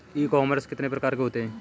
ई commerce कितने प्रकार के होते हैं?